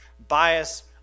Bias